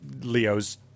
Leo's